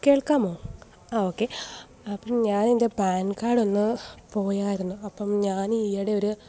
കേൾക്കാമോ ആ ഓക്കെ അപ്പം ഞാൻ എൻ്റെ പാൻ കാർഡ് ഒന്നു പോയായിരുന്നു അപ്പം ഞാൻ ഈയിടെ ഒരു